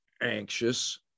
anxious